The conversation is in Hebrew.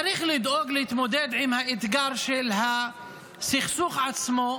צריך לדאוג להתמודד עם האתגר של הסכסוך עצמו,